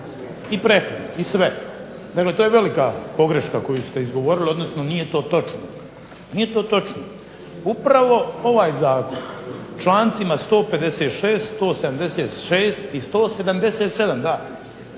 I prehrane, i sve. Dakle, to je velika pogreška koju ste izgovorili, odnosno nije to točno. Nije to točno. Upravo ovaj zakon člancima 156., 176. i 177. da